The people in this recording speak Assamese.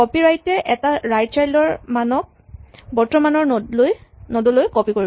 কপিৰাইট এ এটা ৰাইট চাইল্ড মানক বৰ্তমানৰ নড লৈ কপি কৰিব